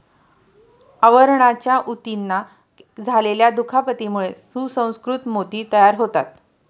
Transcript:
आवरणाच्या ऊतींना झालेल्या दुखापतीमुळे सुसंस्कृत मोती तयार होतात